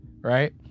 right